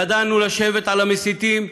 ידענו לשבת על המסיתים,